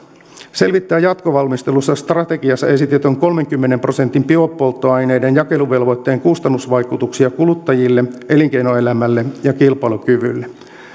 selvittää jatkovalmistelussa strategiassa esitetyn kolmenkymmenen prosentin biopolttoaineiden jakeluvelvoitteen kustannusvaikutuksia kuluttajille elinkeinoelämälle ja kilpailukyvylle